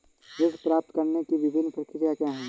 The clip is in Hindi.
ऋण प्राप्त करने की विभिन्न प्रक्रिया क्या हैं?